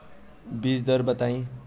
बीज दर बताई?